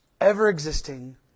ever-existing